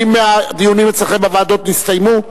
האם הדיונים אצלכם בוועדות נסתיימו?